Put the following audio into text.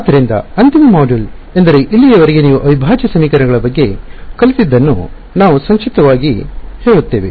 ಆದ್ದರಿಂದ ಅಂತಿಮ ಮಾಡ್ಯೂಲ್ ಎಂದರೆ ಇಲ್ಲಿಯವರೆಗೆ ನೀವು ಅವಿಭಾಜ್ಯ ಸಮೀಕರಣಗಳ ಬಗ್ಗೆ ಕಲಿತದ್ದನ್ನು ನಾವು ಸಂಕ್ಷಿಪ್ತವಾಗಿ ಹೇಳುತ್ತೇವೆ